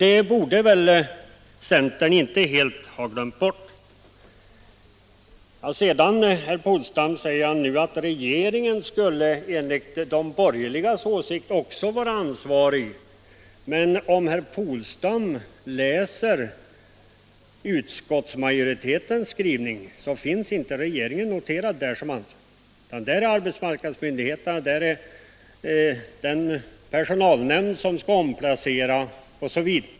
Det borde väl inte centern helt ha glömt bort! Herr Polstam säger nu att enligt de borgerligas åsikt också regeringen skulle vara ansvarig. Men i utskotutsmajoritetens skrivning finns inte regeringen noterad som ansvarig. Där talas det om arbetsmarknadsmyndigheterna, den personalnämnd som skall omplacera de anställda, osv.